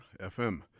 FM